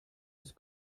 des